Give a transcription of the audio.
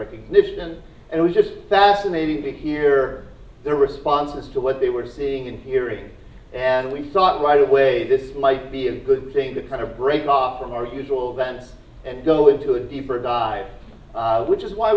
recognition it was just fascinating to hear their responses to what they were seeing and hearing and we saw that right away this might be a good thing to kind of break off from our usual van and go into a deeper dive which is why